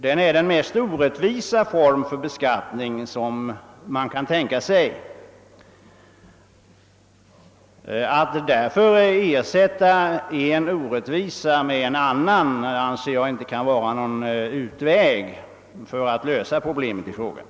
Därför är den beskattningen den minst rättvisa form av beskattning man kan tänka sig, och att ersätta en orättvisa med en annan anser jag inte vara någon väg att lösa detta problem.